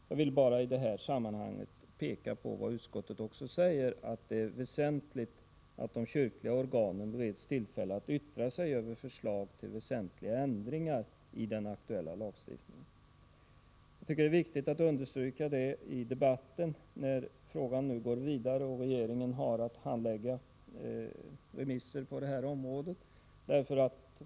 Jag vill i detta sammanhang peka på vad utskottet säger, nämligen att det är viktigt att de kyrkliga organen bereds tillfälle att yttra sig över förslag till väsentliga ändringar i den aktuella lagstiftningen. Det är angeläget att understryka detta i debatten, när riksdagen nu går vidare och regeringen har att handlägga remisser på detta område.